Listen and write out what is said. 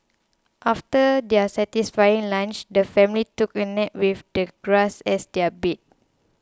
after their satisfying lunch the family took a nap with the grass as their bed